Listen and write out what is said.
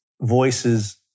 voices